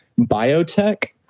biotech